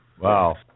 Wow